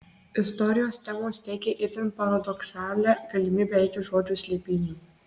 istorijos temos teikė itin paradoksalią galimybę eiti žodžio slėpynių